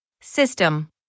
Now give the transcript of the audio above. System